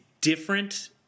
different